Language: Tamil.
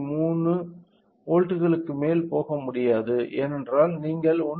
3 வோல்ட்டுகளுக்கு மேல் போக முடியாது ஏனென்றால் நீங்கள் 1